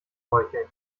heucheln